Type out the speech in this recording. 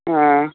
হ্যাঁ